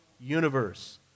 universe